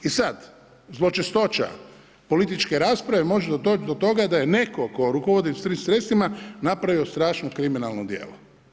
I sad, zločestoća političke rasprave može doći do toga da je netko tko rukovodi s tim sredstvima napravio strašno kriminalno djelo.